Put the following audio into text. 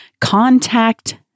contact